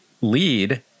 lead